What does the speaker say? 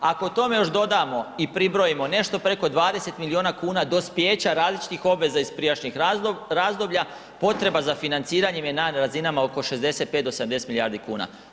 Ako tome još dodamo i pribrojimo nešto preko 20 miliona kuna dospijeća različitih obveza iz prijašnjih razdoblja, potreba za financiranjem je na razinama oko 65 do 70 milijardi kuna.